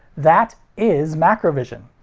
that is macrovision.